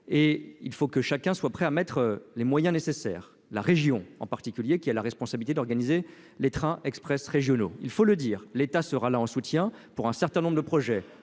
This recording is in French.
et il faut que chacun soit prêt à mettre les moyens nécessaires, la région en particulier qui a la responsabilité d'organiser les trains Express régionaux, il faut le dire, l'État sera là en soutien pour un certain nombre de projets,